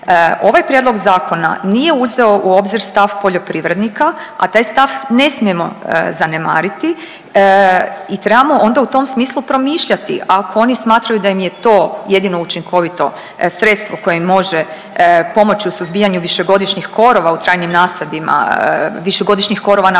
Ovaj prijedlog zakona nije uzeo u obzir stav poljoprivrednika, a taj stav ne smijemo zanemariti i trebamo onda u tom smislu promišljati, ako oni smatraju da im je to jedino učinkovito sredstvo koje im može pomoći u suzbijanju višegodišnjih korova u trajnim nasadima, višegodišnjih korova nakon žetve,